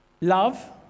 Love